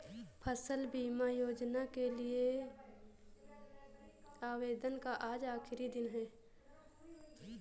फसल बीमा योजना के लिए आवेदन का आज आखरी दिन है